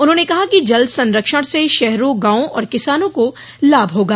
उन्होंने कहा कि जल संरक्षण से शहरों गांवों और किसानों को लाभ होगा